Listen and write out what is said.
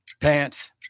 pants